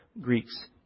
Greeks